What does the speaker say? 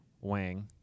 Wang